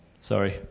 sorry